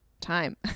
time